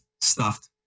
stuffed